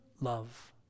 Love